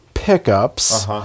pickups